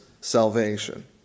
salvation